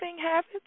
habits